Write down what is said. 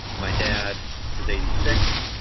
my dad is eighty six,